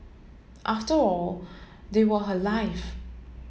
after all they were her life